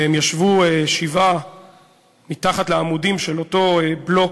והם ישבו שבעה מתחת לעמודים של אותו בלוק,